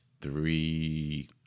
three